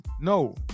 No